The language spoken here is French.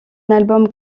album